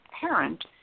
parent